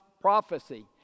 prophecy